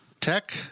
Tech